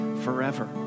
forever